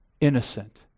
innocent